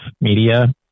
media